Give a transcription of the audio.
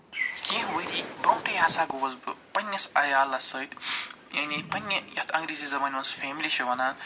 کینٛہہ ؤری برونٹھٕے ہسا گوس بہٕ پَنٛنِس عیالَس سۭتۍ یعنی پنٛنہِ یَتھ اَنگیٖزی زبانہِ منٛز فیملی چھِ وَنان